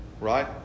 Right